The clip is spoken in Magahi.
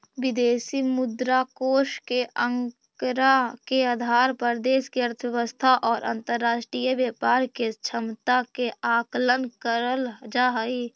विदेशी मुद्रा कोष के आंकड़ा के आधार पर देश के अर्थव्यवस्था और अंतरराष्ट्रीय व्यापार के क्षमता के आकलन करल जा हई